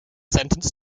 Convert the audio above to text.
sentenced